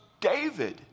David